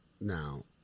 Now